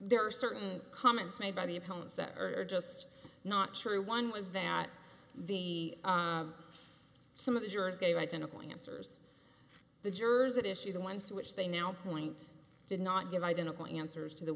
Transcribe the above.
there are certain comments made by the opponents the earlier just not true one was that the sum of the jurors gave identical answers the jurors that issue the ones to which they now point did not give identical answers to the